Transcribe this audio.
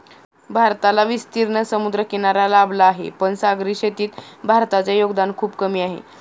भारताला विस्तीर्ण समुद्रकिनारा लाभला आहे, पण सागरी शेतीत भारताचे योगदान खूप कमी आहे